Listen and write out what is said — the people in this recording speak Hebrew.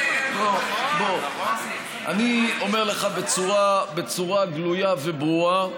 אני אומר לך בצורה גלויה וברורה,